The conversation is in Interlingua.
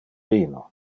vino